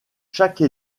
chaque